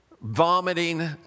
vomiting